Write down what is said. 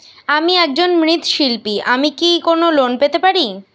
আমি একজন মৃৎ শিল্পী আমি কি কোন লোন পেতে পারি?